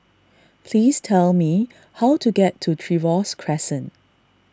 please tell me how to get to Trevose Crescent